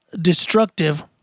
destructive